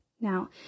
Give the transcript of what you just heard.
Now